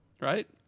right